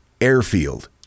airfield